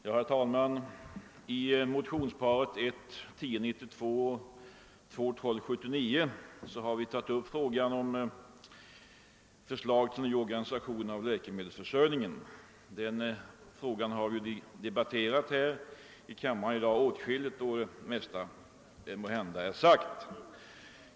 Herr talman! I motionsparet I: 1092 och II:1279 har vi tagit upp en fråga som hör samman med förslaget till ny organisation av läkemedelsförsörjningen. Den frågan har debatterats åtskilligt här i kammaren, och det mesta är måhända redan sagt.